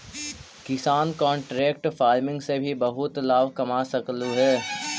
किसान contract farming से भी बहुत लाभ कमा सकलहुं हे